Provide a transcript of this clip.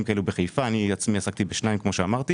בחיפה וכמו שאמרתי אני עסקתי בשניים מהם.